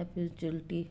ਐਪੇਚੁਲਟੀ